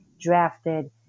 drafted